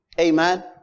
Amen